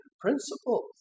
principles